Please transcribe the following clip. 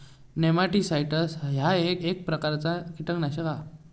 nematicides ह्या एक प्रकारचा कीटकनाशक आसा